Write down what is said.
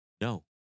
No